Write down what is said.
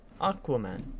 Aquaman